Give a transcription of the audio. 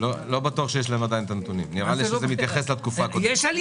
האוצר אמר